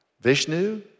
Vishnu